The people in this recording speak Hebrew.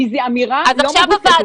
כי זו אמירה לא מבוססת.